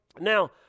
now